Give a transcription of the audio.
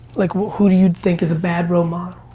like who do you think is a bad role ah